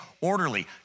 orderly